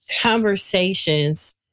conversations